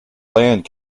land